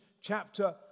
chapter